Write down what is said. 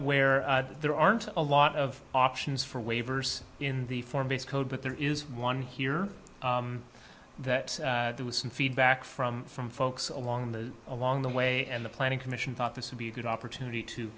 where there aren't a lot of options for waivers in the form based code but there is one here that there was some feedback from from folks along the along the way and the planning commission thought this would be a good opportunity